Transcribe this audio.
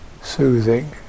soothing